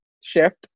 shift